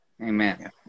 Amen